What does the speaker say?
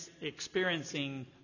experiencing